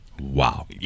wow